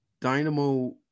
Dynamo